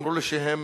אמרו לי שהם